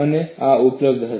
અને આ ઉપલબ્ધ હશે